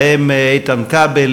ובהם איתן כבל,